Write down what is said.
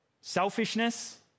selfishness